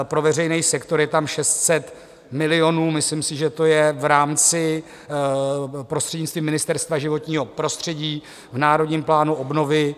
Pro veřejný sektor je tam 600 milionů, myslím si, že to je v rámci, prostřednictvím Ministerstva životního prostřední v národním plánu obnovy.